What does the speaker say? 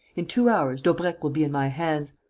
in two hours, daubrecq will be in my hands.